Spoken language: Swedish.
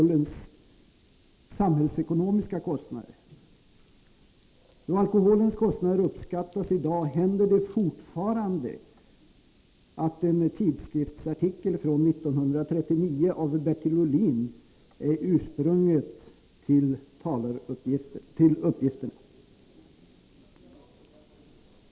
När man beräknar alkoholens kostnader händer det ännu i dag att en tidskriftsartikel från 1939 av Bertil Ohlin är ursprunget till uppgifterna.